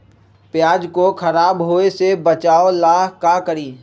प्याज को खराब होय से बचाव ला का करी?